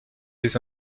des